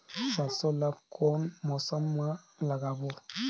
सरसो ला कोन मौसम मा लागबो?